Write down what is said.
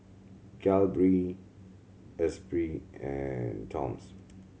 Calbee Esprit and Toms